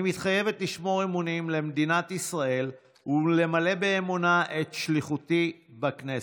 אני מתחייבת לשמור אמונים למדינת ישראל ולמלא באמונה את שליחותי בכנסת.